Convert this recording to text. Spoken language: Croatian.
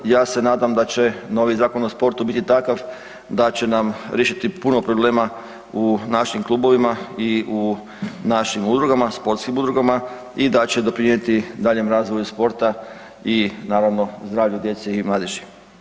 Ja se nadam da će novi Zakon o sportu biti takav da će nam riješiti puno problema u našim klubovima i u našim udrugama, sportskim udrugama i da će doprinijeti daljnjem razvoju sporta i naravno zdravlju djece i mladeži.